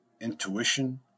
intuition